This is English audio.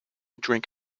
drink